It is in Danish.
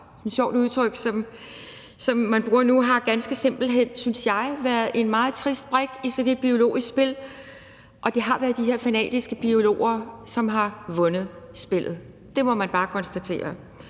det er et sjovt udtryk, som man bruger nu – ganske simpelt hen har været, synes jeg, en meget trist brik i sådan et biologisk spil, og det har været de her fanatiske biologer, som har vundet spillet. Det må man bare konstatere.